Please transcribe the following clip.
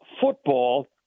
Football